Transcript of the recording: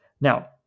now